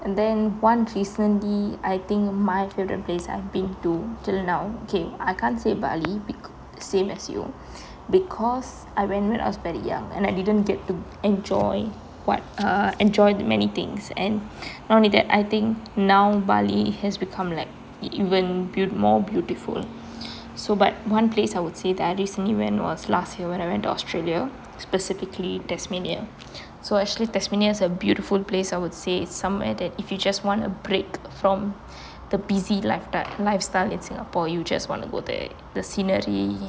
and then once recently I think my favourite place I've been to till now I can't say bali be~ same as you because I went when I was very young and I didn't get to enjoy what enjoy the many things and not only that I think now bali has become like even more beautiful so but one place I'd say recently went was last year when I went to australia specifically tasmania so actually tasmania is a beautiful place I would say it's somewhere where you just want a break from the busy lifestyle in singapore you just want to go there the scenery